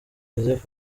joseph